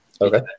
Okay